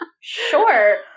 sure